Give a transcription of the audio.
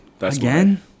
Again